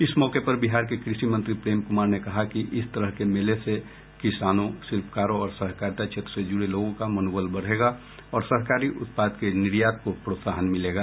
इस मौके पर बिहार के कृषि मंत्री प्रेम कुमार ने कहा कि इस तरह के मेले से किसानों शिल्पकारों और सहकारिता क्षेत्र से जुड़े लोगों का मनोबल बढ़ेगा और सहकारी उत्पाद के निर्यात को प्रोत्साहन मिलेगा